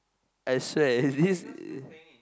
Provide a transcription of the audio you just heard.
I swear is this